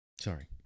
Sorry